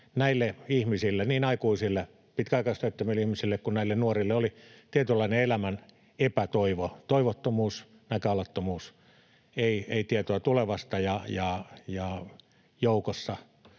näille ihmisille, niin aikuisille pitkäaikaistyöttömille ihmisille kuin näille nuorille, oli tietynlainen elämän epätoivo, toivottomuus, näköalattomuus, ei tietoa tulevasta, ja joukossa